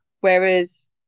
whereas